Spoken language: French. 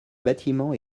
bâtiments